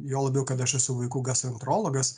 juo labiau kad aš esu vaikų gastroentrologas